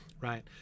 right